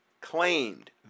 claimed